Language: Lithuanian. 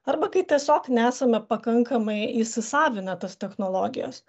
arba kai tiesiog nesame pakankamai įsisavinę tas technologijas